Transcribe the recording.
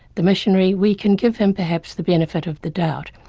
the missionary, we can give him perhaps the benefit of the doubt.